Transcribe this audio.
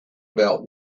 about